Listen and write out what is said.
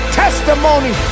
testimony